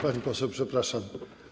Pani poseł, przepraszam.